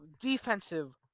Defensive